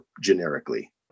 generically